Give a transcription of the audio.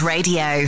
Radio